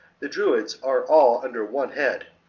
the druids are all under one head,